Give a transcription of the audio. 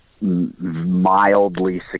mildly